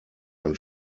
ein